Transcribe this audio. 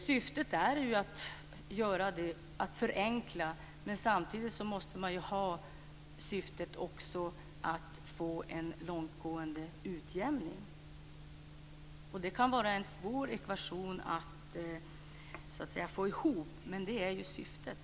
Syftet är ju att förenkla, men samtidigt måste man ha syftet att få en långtgående utjämning. Det kan vara en svår ekvation att få ihop, men det är syftet.